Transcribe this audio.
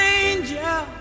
angel